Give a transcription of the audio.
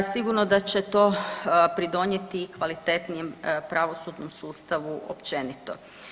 Sigurno da će to pridonijeti i kvalitetnijem pravosudnom sustavu općenito.